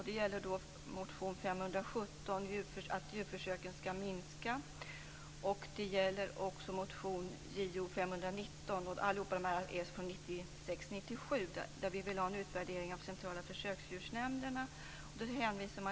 Det gäller motion motionerna önskas en utvärdering av Centrala försöksdjursnämnden.